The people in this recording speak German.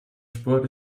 sport